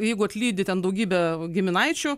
jeigu atlydi ten daugybė giminaičių